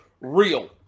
real